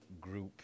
group